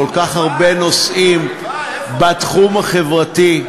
וכל כך הרבה נושאים בתחום החברתי,